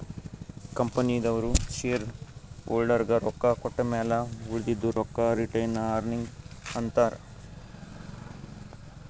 ಕಂಪನಿದವ್ರು ಶೇರ್ ಹೋಲ್ಡರ್ಗ ರೊಕ್ಕಾ ಕೊಟ್ಟಮ್ಯಾಲ ಉಳದಿದು ರೊಕ್ಕಾಗ ರಿಟೈನ್ಡ್ ಅರ್ನಿಂಗ್ ಅಂತಾರ